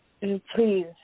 please